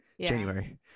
January